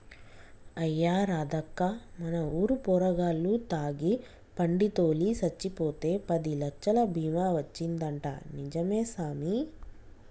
అయ్యా రాదక్కా మన ఊరు పోరగాల్లు తాగి బండి తోలి సచ్చిపోతే పదిలచ్చలు బీమా వచ్చిందంటా నిజమే సామి